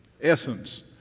essence